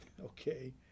Okay